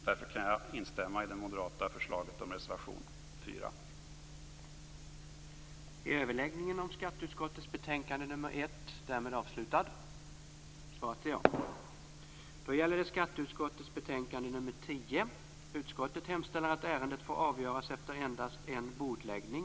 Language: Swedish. Därför instämmer jag i det moderata förslaget och med det som anförs i reservation 4.